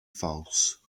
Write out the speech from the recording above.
false